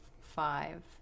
five